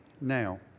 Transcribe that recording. now